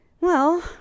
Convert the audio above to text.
Well